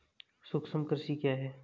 सूक्ष्म कृषि क्या है?